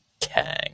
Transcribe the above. Kang